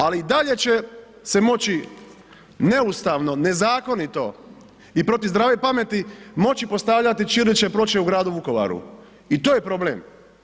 Ali i dalje će se moći neustavno, nezakonito i protiv zdrave pameti moći postavljati ćirilične ploče u gradu Vukovaru i to je problem.